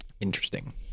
Interesting